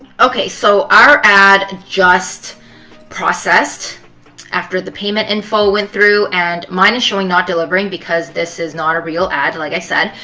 okay, so our ad just processed after the payment info went through. and mine is showing not delivering because this is not a real ad, like i said.